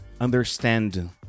understand